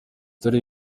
dore